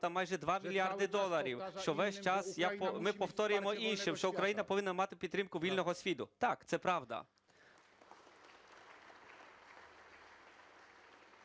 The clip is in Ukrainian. майже 2 мільярди доларів, що весь час ми повторюємо інше, що Україна повинна мати підтримку вільного світу. Так, це правда.